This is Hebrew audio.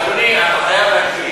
אדוני, אתה חייב להקריא.